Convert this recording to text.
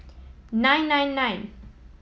nine nine nine